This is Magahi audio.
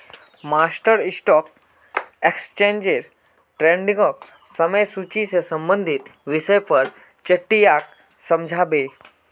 मास्टर स्टॉक एक्सचेंज ट्रेडिंगक समय सूची से संबंधित विषय पर चट्टीयाक समझा बे